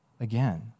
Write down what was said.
again